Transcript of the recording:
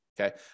Okay